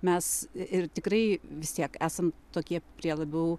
mes ir tikrai vis tiek esam tokie prie labiau